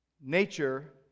Nature